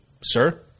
sir